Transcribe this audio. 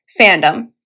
fandom